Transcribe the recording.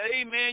amen